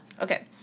Okay